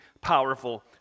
powerful